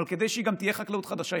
אבל כדי שהיא תהיה חקלאות חדשה,